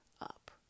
up